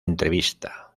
entrevista